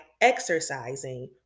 exercising